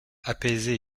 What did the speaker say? apaisé